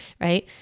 right